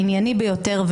הענייני ביותר,